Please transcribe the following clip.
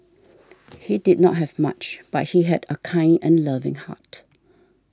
he did not have much but he had a kind and loving heart